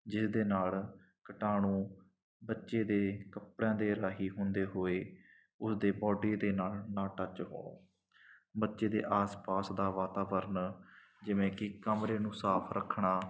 ਜਿਹਦੇ ਨਾਲ ਕੀਟਾਣੂ ਬੱਚੇ ਦੇ ਕੱਪੜਿਆਂ ਦੇ ਰਾਹੀਂ ਹੁੰਦੇ ਹੋਏ ਉਸਦੇ ਬਾਡੀ ਦੇ ਨਾਲ ਨਾ ਟੱਚ ਹੋਣ ਬੱਚੇ ਦੇ ਆਸ ਪਾਸ ਦਾ ਵਾਤਾਵਰਨ ਜਿਵੇਂ ਕੀ ਕਮਰੇ ਨੂੰ ਸਾਫ ਰੱਖਣਾ